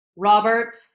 Robert